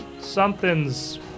something's